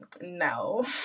no